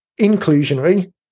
inclusionary